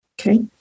Okay